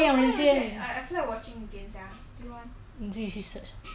你自己看吧 I'm not interested